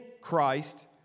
Christ